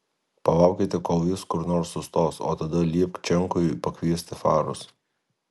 palaukite kol jis kur nors sustos o tada liepk čenkui pakviesti farus